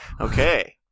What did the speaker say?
Okay